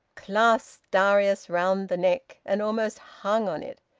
clasped darius round the neck, and almost hung on it.